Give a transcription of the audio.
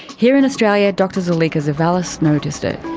here in australia, dr zuleyka zevallos noticed it.